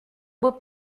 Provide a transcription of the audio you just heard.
beau